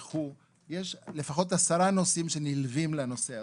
יש לפחות עשרה נושאים שנלווים לנושא הזה.